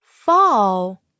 fall